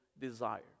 desire